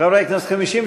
לשנת התקציב 2016,